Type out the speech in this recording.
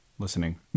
listening